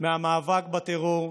מהמאבק בטרור.